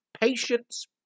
Patience